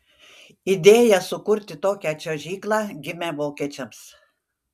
idėja sukurti tokią čiuožyklą gimė vokiečiams